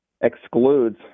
excludes